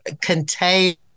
contain